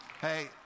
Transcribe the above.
Hey